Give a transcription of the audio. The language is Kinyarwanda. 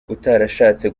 utarashatse